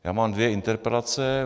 Já mám dvě interpelace.